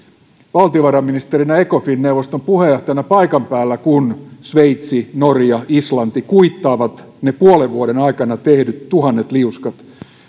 valtiovarainministerinä ecofin neuvoston puheenjohtajana paikan päällä kun sveitsi norja islanti kuittaavat ne puolen vuoden aikana tehdyt tuhannet liuskat